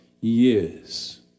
years